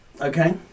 Okay